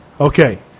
Okay